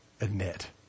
admit